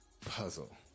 Puzzle